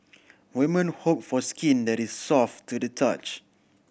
women hope for skin that is soft to the touch